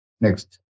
Next